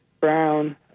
brown